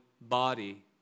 body